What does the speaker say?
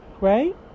right